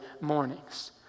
mornings